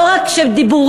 לא רק בדיבורים,